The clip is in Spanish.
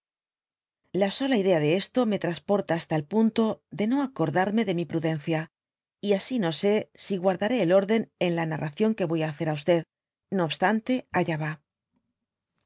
la sola idea de esto me traiqporta hasta el punto de no aoor darme de mi prudencia y asi no sé si guardaré el orden en la narración qne voy á hacer á no obstante allá va